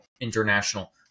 international